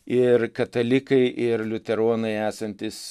ir katalikai ir liuteronai esantys